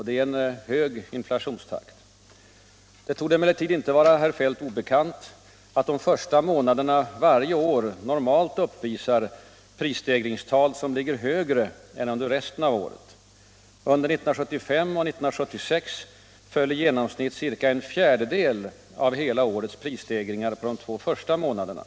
Det är en hög inflationstakt. Det torde emellertid inte vara herr Feldt obekant att de första månaderna varje år normalt uppvisar prisstegringstal, som ligger högre än under resten av året. Under 1975 och 1976 föll i genomsnitt ca en fjärdedel av hela årets prisstegringar på de två första månaderna.